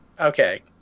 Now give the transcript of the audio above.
Okay